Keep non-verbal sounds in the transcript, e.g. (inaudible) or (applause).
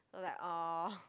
like um (breath)